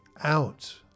out